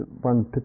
one